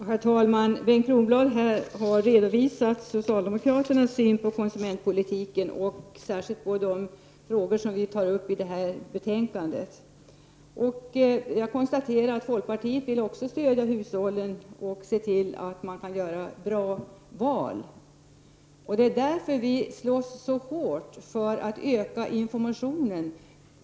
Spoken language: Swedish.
Herr talman! Bengt Kronblad har redovisat socialdemokraternas syn på konsumentpolitiken, särskilt i de frågor som behandlas i betänkandet. Jag konstaterar att folkpartiet också vill stödja hushållen och se till att människor kan göra bra val. Därför slåss vi så hårt för att öka informationen.